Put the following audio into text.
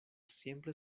siempre